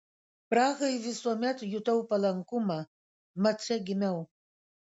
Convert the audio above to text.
prahai visuomet jutau palankumą mat čia gimiau